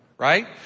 Right